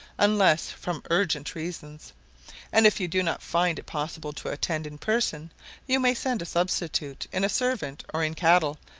unless from urgent reasons and if you do not find it possible to attend in person you may send a substitute in a servant or in cattle,